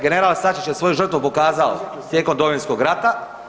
General Sačić je svoju žrtvu pokazao tijekom Domovinskog rata.